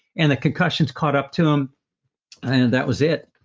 and the concussions caught up to him and then that was it.